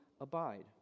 abide